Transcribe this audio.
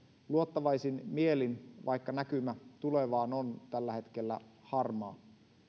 luottavaisin mielin vaikka näkymä tulevaan on tällä hetkellä harmaa